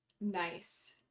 nice